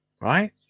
right